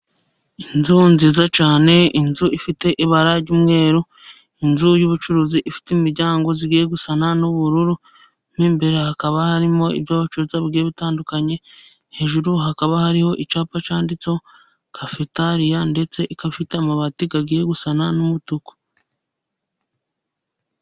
Inzu nziza cyane, inzu ifite ibara ry'umweru, inzu y'ubucuruzi, ifite imiryango igiye gusa n'ubururu. Mo imbere hakaba harimo ibyo bacuruza bigiye bitandukanye. Hejuru hakaba hariho icyapa cyanditse cafetaria. Ndetse ikabafite amabati ajya gusa n'umutuku.